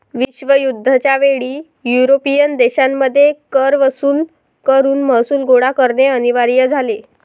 विश्वयुद्ध च्या वेळी युरोपियन देशांमध्ये कर वसूल करून महसूल गोळा करणे अनिवार्य झाले